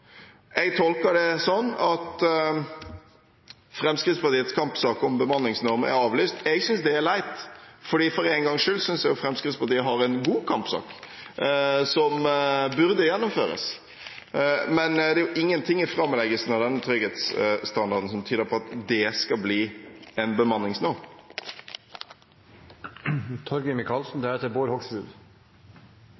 Jeg tolker det slik at Fremskrittspartiets kampsak om bemanningsnorm er avlyst. Jeg synes det er leit, for for en gangs skyld synes jeg Fremskrittspartiet har en god kampsak, som burde gjennomføres. Men det er ingenting i framleggelsen av denne trygghetsstandarden som tyder på at det skal bli en bemanningsnorm.